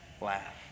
laugh